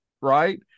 right